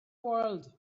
world